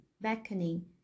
beckoning